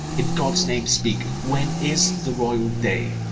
in god's name speak when is the royal day?